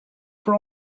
for